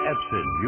Epson